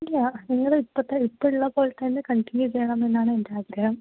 ഇല്ലാ നിങ്ങൾ ഇപ്പോൾ ഇപ്പോഴത്തെ പോലെ കണ്ടിന്യൂ ചെയ്യണമെന്നു തന്നെയാണ് എൻ്റെ ആഗ്രഹം